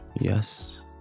Yes